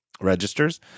registers